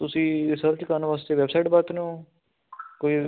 ਤੁਸੀਂ ਸਰਚ ਕਰਨ ਵਾਸਤੇ ਵੈਬਸਾਈਟ ਵਰਤ ਰਹੇ ਹੋ ਕੋਈ